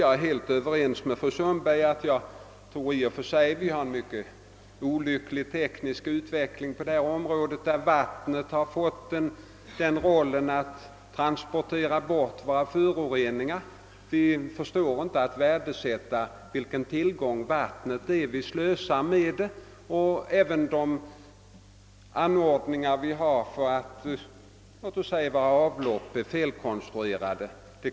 Jag är helt överens med fru Sundberg om att det är en olycklig utveckling att vattnet fått uppgiften att transportera bort våra föroreningar. Vi förstår inte att värdesätta den tillgång vi har i vattnet. Vi kan väl också vara överens om att våra avlopp är felkonstruerade.